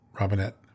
Robinette